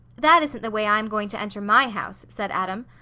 that isn't the way i am going to enter my house, said adam.